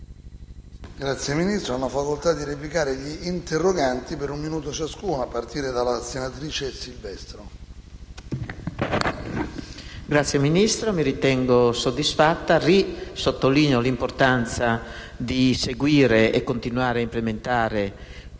Signor Ministro, mi ritengo soddisfatta. Sottolineo nuovamente l'importanza di seguire e continuare ad implementare